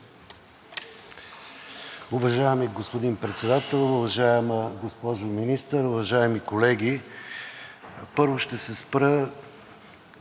Уважаеми господин Председател, уважаема госпожо Министър, уважаеми колеги! Първо ще се спра